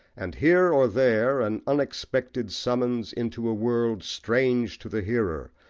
and here or there an unexpected summons into a world strange to the hearer,